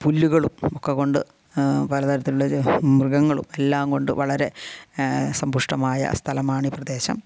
പുല്ലുകളും ഒക്കെ കൊണ്ട് പലതരത്തിലുള്ള ഒരു മൃഗങ്ങളും എല്ലാം കൊണ്ടും വളരെ സമ്പുഷ്ടമായ സ്ഥലമാണ് ഈ പ്രദേശം